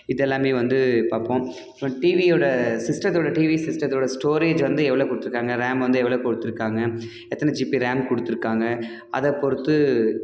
இதெல்லாமே வந்து பார்ப்போம் அப்புறம் டிவியோடய சிஸ்டெத்தோடய டிவி சிஸ்டெத்தோடய ஸ்டோரேஜ் வந்து எவ்வளவு கொடுத்துருக்காங்க ரேம் வந்து எவ்வளோ கொடுத்துருக்காங்க எத்தனை ஜிபி ரேம் கொடுத்துருக்காங்க அதை பொறுத்து